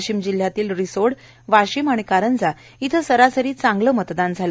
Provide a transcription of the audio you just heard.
वाशीम जिल्ह्यातील रिसोड वाशीम आणि कारंजा इथं सरासरी चांगलं मतदान झालं